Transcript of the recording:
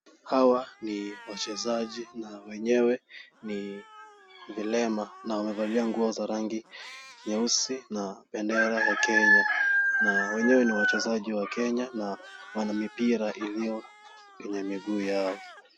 Hawa ni wachezaji na wenyewe ni vilema na wamevalia nguo za rangi nyeusi na bendera ya Kenya na wenyewe ni wachezaji wa Kenya na wana mipira iliyo kwenye miguu yao.